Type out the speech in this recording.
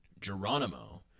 Geronimo